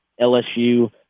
LSU